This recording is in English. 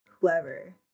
whoever